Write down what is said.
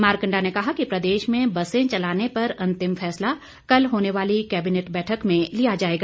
मारकंडा ने कहा कि प्रदेश में बसें चलाने पर अंतिम फैसला कल होने वाली कैबिनेट बैठक में लिया जाएगा